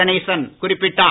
கணேசன் குறிப்பிட்டார்